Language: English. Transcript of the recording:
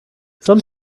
some